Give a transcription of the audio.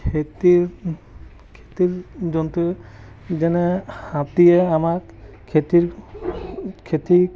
খেতিৰ খেতিৰ জন্তু যেনে হাতীয়ে আমাক খেতিৰ খেতি